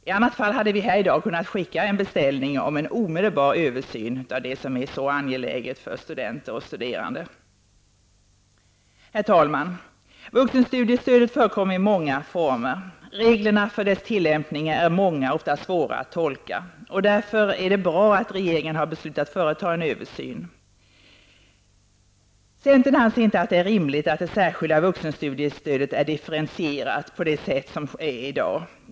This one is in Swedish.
I annat fall hade vi här i dag kunnat skicka en beställning om en omedelbar översyn av det som är så angeläget för de studerande. Herr talman! Vuxenstudiestödet förekommer i många former. Reglerna för tillämpningen är många och ofta svåra att tolka. Därför är det bra att regeringen har beslutat företa en översyn av vuxenstudiestödet. Centern anser inte att det är rimligt att det särskilda vuxenstudiestödet är differentierat på det sätt som gäller i dag.